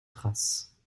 traces